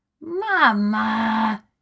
Mama